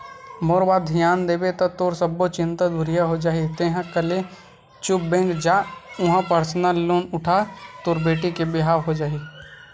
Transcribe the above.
मोर बात धियान देबे ता तोर सब्बो चिंता दुरिहा हो जाही तेंहा कले चुप बेंक जा उहां परसनल लोन उठा तोर बेटी के बिहाव हो जाही